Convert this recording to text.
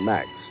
Max